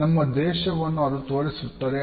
ನಮ್ಮ ದೇಶವನ್ನು ಅದು ತೋರಿಸುತ್ತದೆ